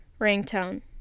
ringtone